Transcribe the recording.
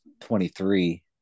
23